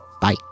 bye